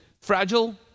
fragile